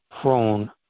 prone